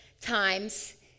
times